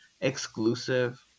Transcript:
exclusive